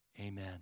amen